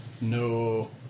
no